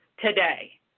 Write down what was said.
today